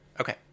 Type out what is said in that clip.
Okay